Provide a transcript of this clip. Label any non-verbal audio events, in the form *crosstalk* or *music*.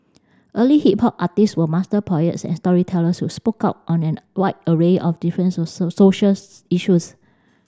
early hip hop artists were master poets and storytellers who spoke out on an wide array of difference *unintelligible* social issues